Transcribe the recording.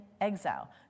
exile